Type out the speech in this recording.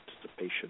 participation